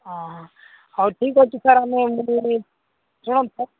ହଁ ହଉ ଠିକ୍ ଅଛି ସାର୍ ଆମେ ଶୁଣନ୍ତୁ ସାର୍